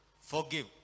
forgive